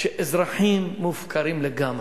שאזרחים מופקרים לגמרי.